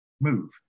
move